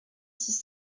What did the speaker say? six